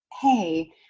Hey